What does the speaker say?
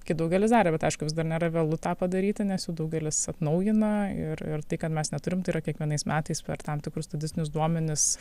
kai daugelis darė bet aišku vis dar nėra vėlu tą padaryti nes jau daugelis atnaujina ir ir tai kad mes neturim tai yra kiekvienais metais per tam tikrus statistinius duomenis